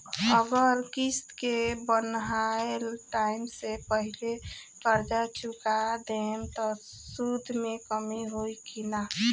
अगर किश्त के बनहाएल टाइम से पहिले कर्जा चुका दहम त सूद मे कमी होई की ना?